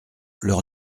leurs